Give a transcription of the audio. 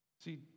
See